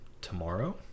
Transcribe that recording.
tomorrow